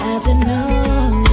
Afternoon